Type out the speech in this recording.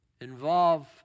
Involve